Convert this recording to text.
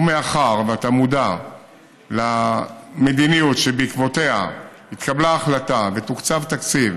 ומאחר שאתה מודע למדיניות שבעקבותיה התקבלה ההחלטה ותוקצב תקציב